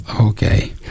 okay